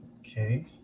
Okay